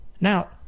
now